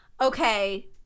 okay